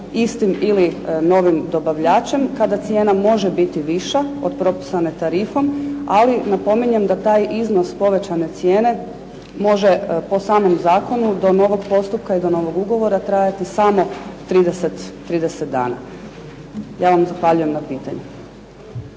istim ili novim dobavljačem, kada cijena može biti viša od propisane tarifom. Ali napominjem da taj iznos povećane cijene može po samom zakonu do novog postupka i do novog ugovora trajati samo 30 dana. Ja vam zahvaljujem na pitanju.